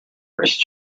first